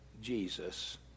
Jesus